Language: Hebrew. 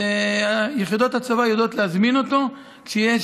יחידות הצבא יודעות להזמין אותו כשיש